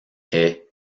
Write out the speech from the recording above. est